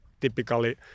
typically